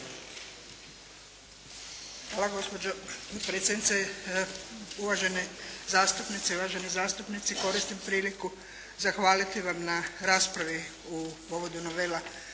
uvažene zastupnice i uvaženi zastupnici. Koristim priliku zahvaliti vam na raspravi u povodu novela